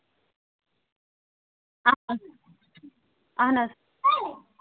اَہَن حظ اَہَن حظ